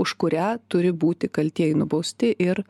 už kurią turi būti kaltieji nubausti ir